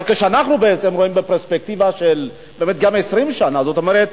אנחנו בעצם רואים בפרספקטיבה של 20 שנה, זאת אומרת